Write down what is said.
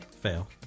Fail